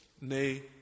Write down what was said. nay